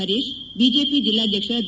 Harish BJP ಜಿಲ್ಲಾಧ್ಯಕ್ಷ B